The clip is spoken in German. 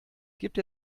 gibt